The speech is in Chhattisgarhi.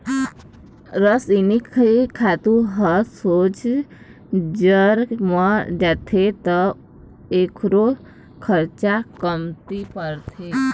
रसइनिक खातू ह सोझ जर म जाथे त एखरो खरचा कमती परथे